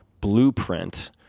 blueprint